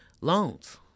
loans